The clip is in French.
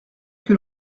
que